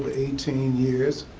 but eighteen years.